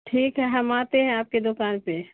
ٹھیک ہے ہم آتے ہیں آپ کے دوکان پہ